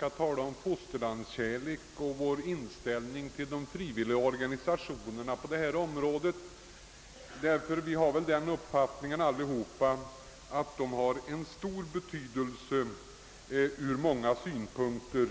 här tala om fosterlandskärlek och om vår inställning till de frivilliga organisationerna på detta område, ty vi har väl alla den uppfattningen att dessa i det arbete de bedriver har stor betydelse för vårt land ur många synpunkter.